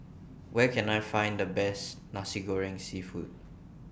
Where Can I Find The Best Nasi Goreng Seafood